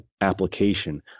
application